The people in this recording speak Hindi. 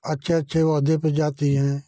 अच्छे अच्छे औहदे पर जाती हैं